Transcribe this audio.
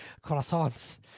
croissants